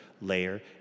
layer